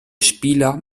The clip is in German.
spieler